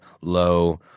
low